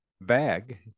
bag